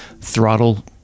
throttle